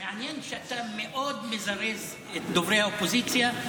מעניין שאתה מאוד מזרז את דוברי האופוזיציה,